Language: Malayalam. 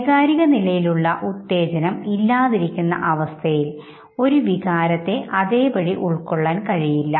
വൈകാരിക നിലയിലുള്ള ഉത്തേജനം ഇല്ലാതിരിക്കുന്ന അവസ്ഥയിൽ ഒരു വികാരത്തെ അതേപടി ഉൾക്കൊള്ളാൻ കഴിയില്ല